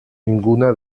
ninguna